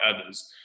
others